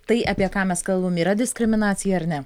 tai apie ką mes kalbam yra diskriminacija ar ne